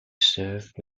served